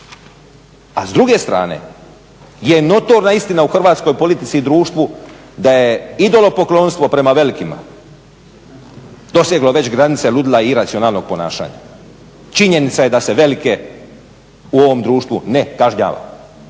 A s druge strane je notorna istina u hrvatskoj politici i društvu da je idolom poklonstvo prema velikima doseglo već granice ludila i racionalnog ponašanja. Činjenica je da se velike u ovom društvu ne kažnjava